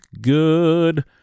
good